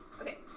Okay